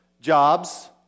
jobs